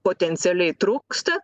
potencialiai trūksta